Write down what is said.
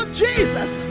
jesus